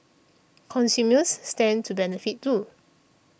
consumers stand to benefit too